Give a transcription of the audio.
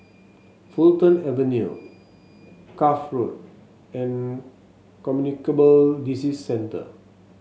Fulton Avenue Cuff Road and Communicable Disease Centre